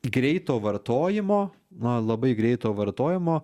greito vartojimo na labai greito vartojimo